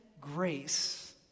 grace